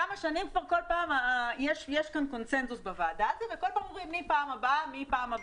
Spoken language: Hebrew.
כבר כמה שנים יש כאן קונצנזוס בוועדה וכל פעם אומרים: מהפעם הבאה,